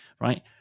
right